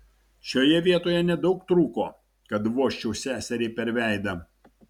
šioje vietoje nedaug trūko kad vožčiau seseriai per veidą